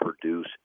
produce